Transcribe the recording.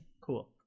Cool